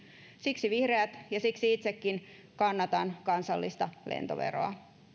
siksi vihreät kannattavat ja siksi itsekin kannatan kansallista lentoveroa